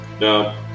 No